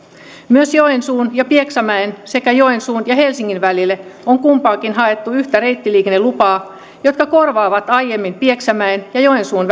myös joensuun ja pieksämäen sekä joensuun ja helsingin välille on kumpaankin haettu yhtä reittiliikennelupaa jotka korvaavat aiemmin pieksämäen ja joensuun